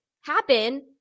happen